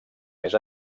més